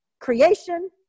creation